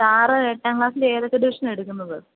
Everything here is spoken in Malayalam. സാറ് ഏട്ടാം ക്ലാസിലെ ഏതൊക്കെ ഡിവിഷനാ എടുക്കുന്നത്